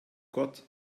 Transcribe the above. gott